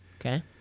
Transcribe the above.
Okay